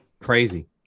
crazy